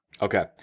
Okay